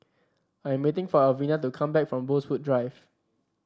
I am waiting for Alvina to come back from Rosewood Drive